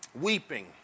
Weeping